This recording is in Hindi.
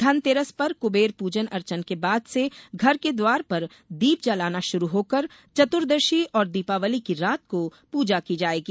घन तेरस पर कुबेर पूजन अर्चन के बाद से घर के द्वार पर दीप जलाना शुरु होकर चतुदर्शी और दीपावली की रात को पूजन की जाएगी